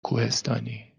کوهستانی